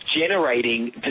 generating